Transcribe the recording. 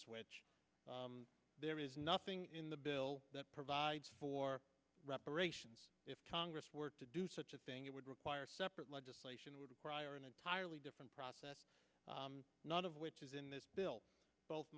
there is nothing in the bill that provides for reparations if congress were to do such a thing it would require separate legislation would require an entirely different process none of which is in this bill both